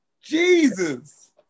Jesus